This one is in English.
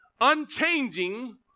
Unchanging